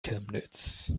chemnitz